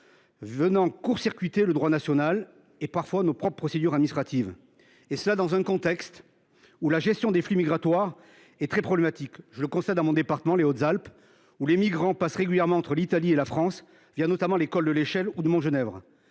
court circuite le droit national et nos procédures administratives, dans un contexte où la gestion des flux migratoires est très problématique. Je le constate dans mon département, les Hautes Alpes, où les migrants passent régulièrement entre l’Italie et la France, notamment les cols de l’Échelle ou de Montgenèvre.